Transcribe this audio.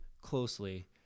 closely